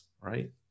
right